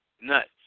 nuts